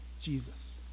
Jesus